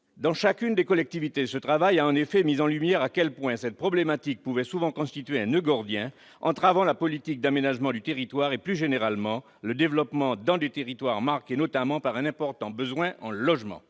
Dans chacune des collectivités, ce travail a en effet mis en lumière à quel point cette problématique pouvait souvent constituer un noeud gordien entravant la politique d'aménagement du territoire et, plus généralement, le développement dans des territoires notamment marqués par un important besoin en logements.